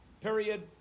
Period